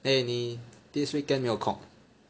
eh 你 this weekend 没有空 ah